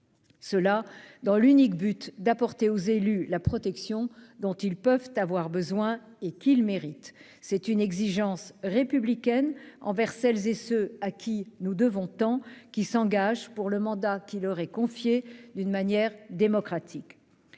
cela avec pour unique but d'apporter aux élus la protection dont ils peuvent avoir besoin et qu'ils méritent. Il y va d'une exigence républicaine envers celles et ceux à qui nous devons tant, qui s'engagent pour le mandat qui leur est confié démocratiquement.